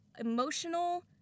emotional